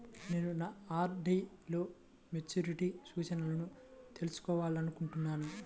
నేను నా ఆర్.డీ లో మెచ్యూరిటీ సూచనలను తెలుసుకోవాలనుకుంటున్నాను